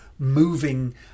Moving